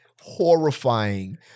horrifying